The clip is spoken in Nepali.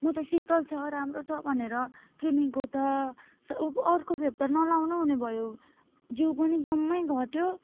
म त शीतल छ राम्रो छ भनेर किनेको त अर्को खेप त नलाउनु हुने भयो जिउ पनि जम्मै घट्यो